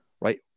right